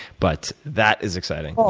but that is exciting.